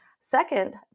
Second